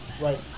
right